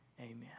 Amen